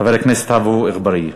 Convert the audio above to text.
חבר הכנסת עפו אגבאריה.